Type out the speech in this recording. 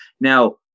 Now